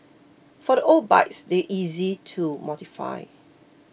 for the old bikes they're easy to modify